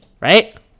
Right